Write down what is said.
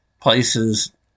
places